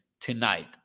tonight